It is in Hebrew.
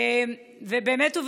באמת,